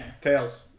Tails